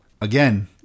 again